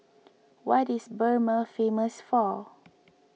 what is Burma famous for